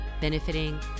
benefiting